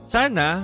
Sana